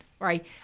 right